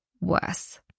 worse